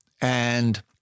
And-